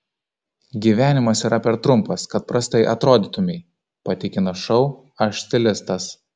gyvenimas yra per trumpas kad prastai atrodytumei patikina šou aš stilistas